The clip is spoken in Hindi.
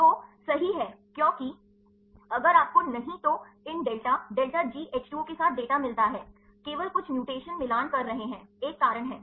तो सही है क्योंकि अगर आपको नहीं तो इन डेल्टा डेल्टा GH 2 O के साथ डेटा मिलता हैकेवल कुछ म्यूटेशन मिलान कर रहे हैं एक कारण है